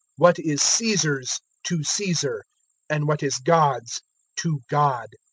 what is caesar's to caesar and what is god's to god.